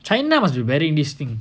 china must be wearing this thing